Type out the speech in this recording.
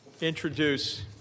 introduce